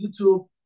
YouTube